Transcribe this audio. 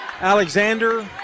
Alexander